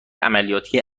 عملیاتی